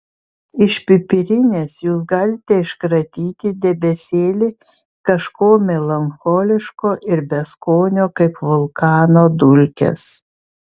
iš pipirinės jūs galite iškratyti debesėlį kažko melancholiško ir beskonio kaip vulkano dulkės